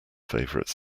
favourite